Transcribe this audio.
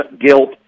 guilt